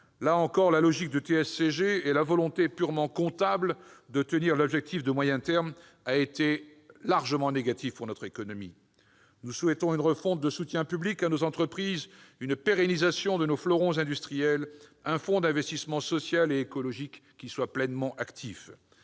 Là encore, la logique du TSCG et la volonté purement comptable de tenir l'objectif de moyen terme ont été largement négatives pour notre économie. Nous souhaitons une refonte du soutien public à nos entreprises, une pérennisation de nos fleurons industriels, un fonds d'investissement social et écologique pleinement actif.